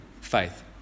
faith